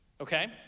okay